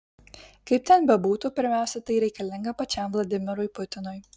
kaip ten bebūtų pirmiausiai tai reikalinga pačiam vladimirui putinui